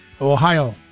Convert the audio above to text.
Ohio